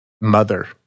mother